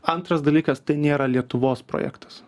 antras dalykas tai nėra lietuvos projektas